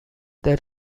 there